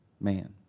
man